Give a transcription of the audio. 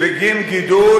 בגין גידול